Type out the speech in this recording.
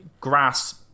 grass